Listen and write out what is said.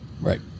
Right